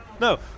No